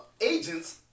agents